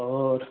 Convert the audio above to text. और